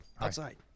Outside